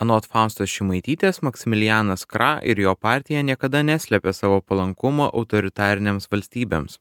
anot faustos šimaitytės maksimilijanas kra ir jo partija niekada neslėpė savo palankumo autoritarinėms valstybėms